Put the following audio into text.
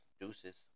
Deuces